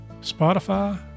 Spotify